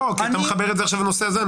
אתה מחבר את זה לנושא הזה.